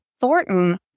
Thornton